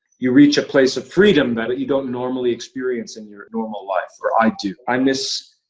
you reach a place of freedom that you don't normally experience in your normal life, or i do. i miss,